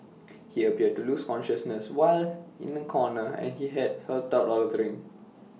he appeared to lose consciousness while in A corner and he had helped out of the ring